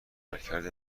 عملکرد